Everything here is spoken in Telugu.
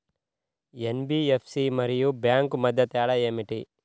ఎన్.బీ.ఎఫ్.సి మరియు బ్యాంక్ మధ్య తేడా ఏమిటీ?